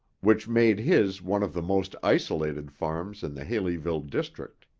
which made his one of the most isolated farms in the haleyville district.